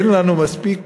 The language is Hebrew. אין לנו מספיק קרקע.